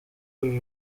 uru